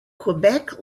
quebec